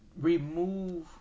remove